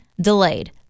delayed